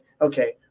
okay